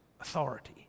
authority